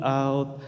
out